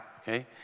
okay